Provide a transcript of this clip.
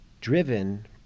driven